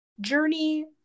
journey